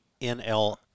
NL